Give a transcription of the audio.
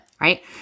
right